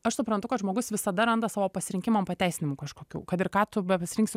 aš suprantu kad žmogus visada randa savo pasirinkimam pateisinimų kažkokių kad ir ką tu bepasirinksi